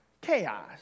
chaos